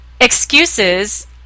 excuses